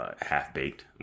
Half-Baked